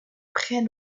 près